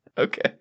Okay